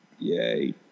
Yay